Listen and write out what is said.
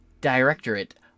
directorate